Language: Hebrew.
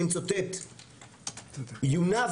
נקודת אור, היא יכולה להיות נקודת אור.